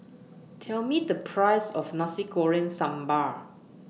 Tell Me The Price of Nasi Goreng Sambal